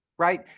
right